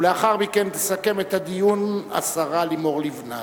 ולאחר מכן תסכם את הדיון השרה לימור לבנת,